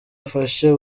afashe